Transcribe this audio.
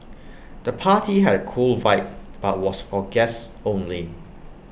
the party had A cool vibe but was for guests only